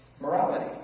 morality